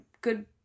good